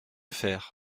faire